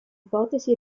ipotesi